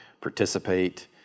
participate